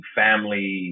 family